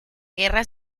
guerra